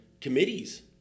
committees